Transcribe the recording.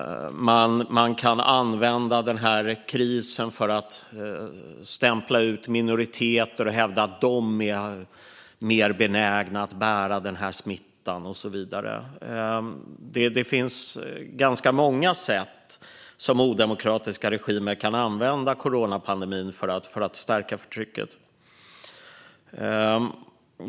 Man kan använda krisen för att stämpla ut minoriteter och hävda att de är mer benägna att bära smittan och så vidare. Odemokratiska regimer kan alltså använda coronapandemin på ganska många sätt för att stärka förtrycket.